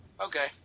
okay